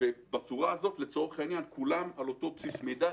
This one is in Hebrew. בצורה הזאת, כולם נמצאים על אותו בסיס מידע.